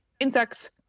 insects